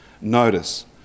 notice